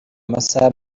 amasaha